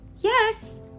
Yes